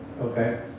Okay